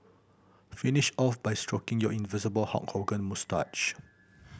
finish off by stroking your invisible Hulk Hogan moustache